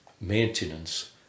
maintenance